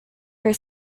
for